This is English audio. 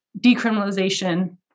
decriminalization